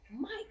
Mike